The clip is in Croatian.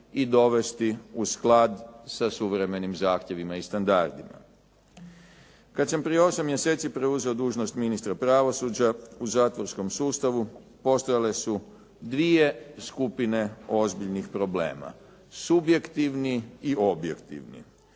i dovesti u sklad sa suvremenim zahtjevima i standardima. Kad sam prije 8 mjeseci preuzeo dužnost ministra pravosuđe, u zatvorskom sustavu postojale su 2 skupine ozbiljnih problema. Subjektivni i objektivni.